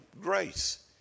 grace